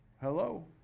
hello